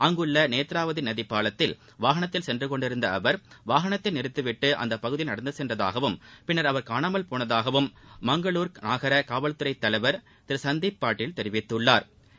அங்குள்ள நேத்ராவதி நதி பாலத்தில் வாகனத்தில் சென்று கொண்டிருந்த அவர் வாகனத்தை நிறுத்திவிட்டு அப்பகுதியில் நடந்த சென்றதாகவும் பின்னர் அவர் காணாமல் போனதாகவும் மங்களூர் நகர காவல்துறை திரு சந்தீப் பாட்டீல் தெரிவித்துள்ளாா்